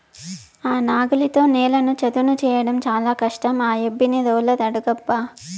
ఆ నాగలితో నేలను చదును చేయడం చాలా కష్టం ఆ యబ్బని రోలర్ అడుగబ్బా